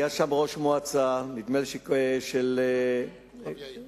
היה שם ראש מועצה, נדמה לי של, כוכב-יאיר.